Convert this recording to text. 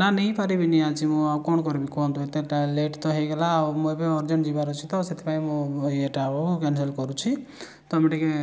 ନା ନେଇପାରିବିନି ଆଜି ମୁଁ ଆଉ କ'ଣ କରିବି କୁହନ୍ତୁ ଏତେ ଲେଟ୍ ତ ହେଇଗଲା ଆଉ ମୁଁ ଏବେ ଅର୍ଜେଣ୍ଟ ଯିବାର ଅଛି ତ ସେଥିପାଇଁ ମୁଁ ଇଏଟା ହଉ କ୍ୟାନ୍ସଲ୍ କରୁଛି ତୁମେ ଟିକିଏ